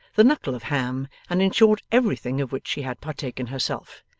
the knuckle of ham, and in short everything of which she had partaken herself,